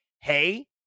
hey